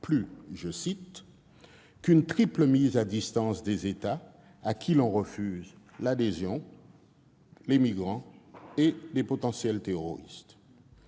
plus « qu'une triple mise à distance des États à qui l'on refuse l'adhésion, des migrants et des potentiels terroristes